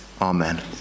Amen